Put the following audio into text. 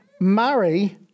marry